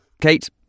Kate